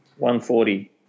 140